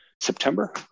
September